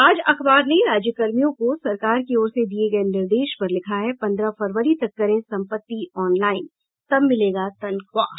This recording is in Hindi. आज अखबार ने राज्यकर्मियों को सरकार की ओर से दिये गये निर्देश पर लिखा है पन्द्रह फरवरी तक करें सम्पत्ति ऑनलाईन तब मिलेगा तनख्वाह